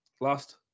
last